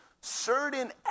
certain